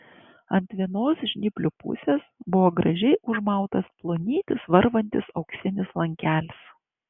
ant vienos žnyplių pusės buvo gražiai užmautas plonytis varvantis auksinis lankelis